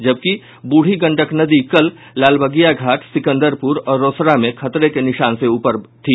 जबकि ब्रूढ़ी गंडक नदी कल लालबगिया घाट सिकंदरपुर और रोसड़ा में खतरे के निशान से ऊपर थी